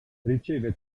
riceve